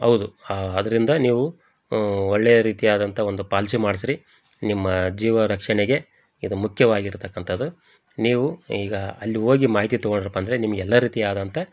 ಹೌದು ಆದ್ರಿಂದ ನೀವು ಒಳ್ಳೆಯ ರೀತಿಯಾದಂಥ ಒಂದು ಪಾಲ್ಸಿ ಮಾಡಿಸ್ರಿ ನಿಮ್ಮ ಜೀವ ರಕ್ಷಣೆಗೆ ಇದು ಮುಖ್ಯವಾಗಿರತಕ್ಕಂಥದ್ದು ನೀವು ಈಗ ಅಲ್ಲಿ ಹೋಗಿ ಮಾಹಿತಿ ತೊಗೊಂಡಿರಪ್ಪ ಅಂದರೆ ನಿಮ್ಗೆ ಎಲ್ಲ ರೀತಿಯಾದಂಥ